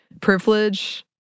privilege